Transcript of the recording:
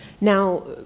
now